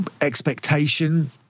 expectation